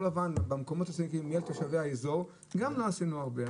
לבן במקומות עסקים יהיה לתושבי האזור גם לא עשינו הרבה,